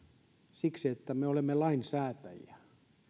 siksi että me olemme lainsäätäjiä se